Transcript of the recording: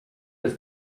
des